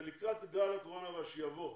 ולקראת גל הקורונה הבא שיבוא,